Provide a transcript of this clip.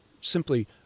simply